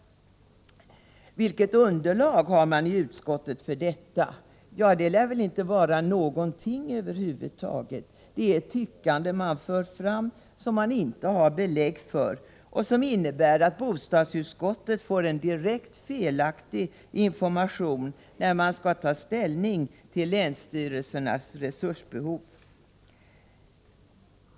Vilket underlag har man i utskottet för det påståendet? Det lär väl inte vara någonting över huvud taget. Det är ett tyckande man för fram, som man inte har något belägg för och som innebär att bostadsutskottet får en direkt felaktig information när det skall ta ställning till länsstyrelsernas resursbehov.